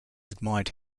admired